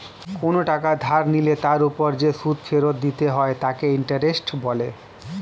কোনো টাকা ধার নিলে তার উপর যে সুদ ফেরত দিতে হয় তাকে ইন্টারেস্ট বলে